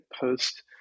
post